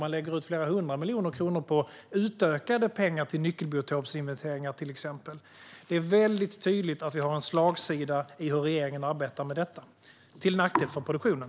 Man lägger ut flera hundra miljoner kronor i utökade resurser till nyckelbiotopsinventeringar, till exempel. Det är väldigt tydligt att det är en slagsida i hur regeringen arbetar med detta, till nackdel för produktionen.